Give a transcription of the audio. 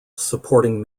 supporting